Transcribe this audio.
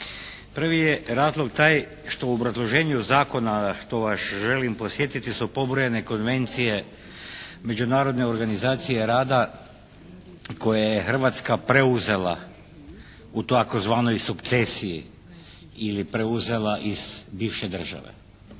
Prvi je razlog taj što u obrazloženju zakona što vas želim podsjetiti su pobrojane konvencije Međunarodne organizacije rada koje je Hrvatska preuzela u tzv. sukcesiji ili preuzela iz bivše države.